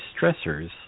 stressors